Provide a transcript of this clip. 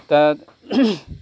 दा